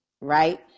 right